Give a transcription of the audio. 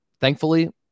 thankfully